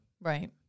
Right